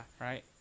Right